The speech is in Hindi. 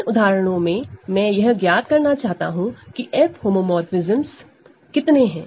इन उदाहरणों में मैं यह ज्ञात करना चाहता हूं की F होमोमोरफ़िज्मस कितने हैं